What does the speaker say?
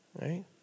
right